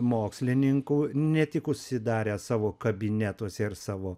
mokslininkų ne tik užsidarę savo kabinetuose ir savo